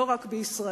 לא רק בישראל.